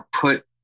put